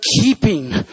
keeping